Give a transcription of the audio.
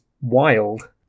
wild